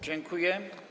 Dziękuję.